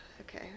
Okay